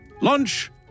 Lunch